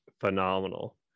phenomenal